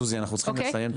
סוזי אנחנו צריכים לסיים.